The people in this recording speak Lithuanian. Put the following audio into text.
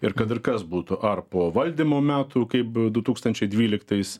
ir kad ir kas būtų ar po valdymo metų kaip du tūkstančiai dvyliktais